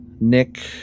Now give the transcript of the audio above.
nick